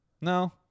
No